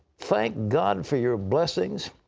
thank god for your blessings.